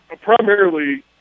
primarily